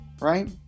right